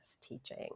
teaching